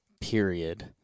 period